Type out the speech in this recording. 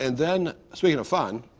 and then, speaking of fun,